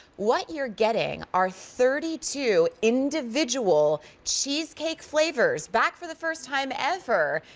what you're getting are thirty two individual cheesecake flavors, back for the first time ever,